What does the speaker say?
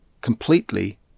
completely